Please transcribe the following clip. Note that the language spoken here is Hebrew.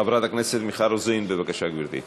חברת הכנסת מיכל רוזין, בבקשה, גברתי.